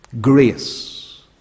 Grace